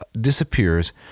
disappears